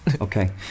Okay